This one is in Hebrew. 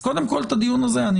אז קודם כל אני מבקש את הדיון הזה.